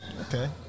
Okay